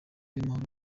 y’amahoro